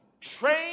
train